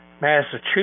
Massachusetts